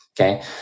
Okay